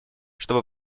чтобы